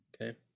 Okay